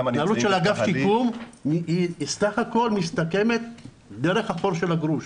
ההתנהלות של אגף השיקום סך הכול מסתכמת דרך החור של הגרוש.